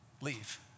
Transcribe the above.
leave